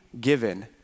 given